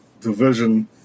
division